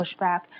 pushback